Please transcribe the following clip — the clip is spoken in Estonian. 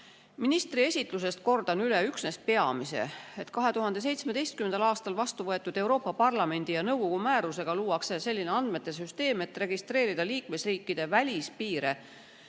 Ministri esitlusest kordan üle üksnes peamise, et 2017. aastal vastu võetud Euroopa Parlamendi ja nõukogu määrusega luuakse selline andmete süsteem, et registreerida liikmesriikide välispiire